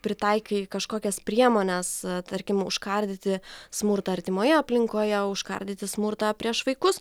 pritaikai kažkokias priemones tarkim užkardyti smurtą artimoje aplinkoje užkardyti smurtą prieš vaikus